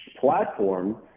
platform